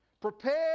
Prepare